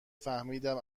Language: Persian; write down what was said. فهمیدم